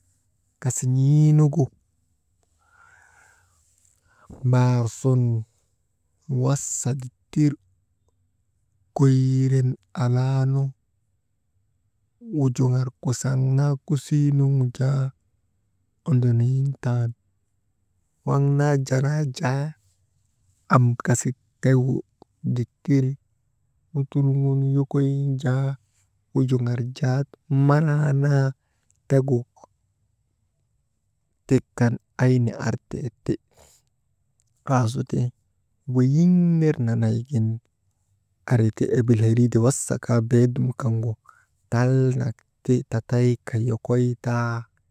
Kasiin̰iinugu baar sun wasa dittir koyiiren alaanu wujuŋar kusaŋ naa kusii nun jaa ondonoyintan, waŋ naa jaalaa jaa am kasik tegu dittir wutulŋun yokoyin jaa wujuŋarjaa malaa naa tegu, tik kan ayna artee ti, aasuti weyiŋ ner nanaygin ariti abilheriide wasakaa beedum kaŋgu tallnak ti tatayka yokoy taa.